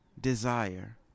desire